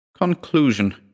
CONCLUSION